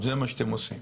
זה מה שאתם עושים.